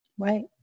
Right